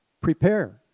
prepare